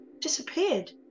disappeared